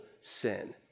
sin